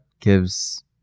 gives